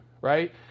right